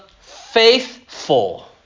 Faithful